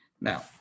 Now